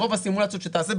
ברוב הסימולציות שתעשה,